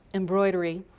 embroidery.